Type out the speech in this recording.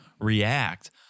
react